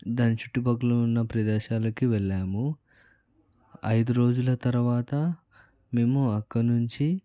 దాని చుట్టుపక్కల ఉన్న ప్రదేశాలకు వెళ్ళాము ఐదు రోజుల తర్వాత మేము అక్కడి నుంచి